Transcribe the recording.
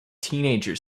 teenager